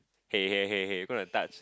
hey hey hey hey gonna touch